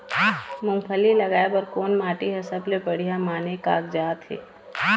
मूंगफली लगाय बर कोन माटी हर सबले बढ़िया माने कागजात हे?